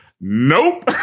nope